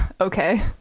okay